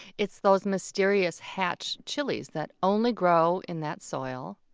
it's those mysterious hatch chiles that only grow in that soil.